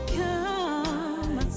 come